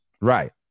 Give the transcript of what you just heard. Right